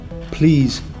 Please